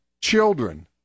children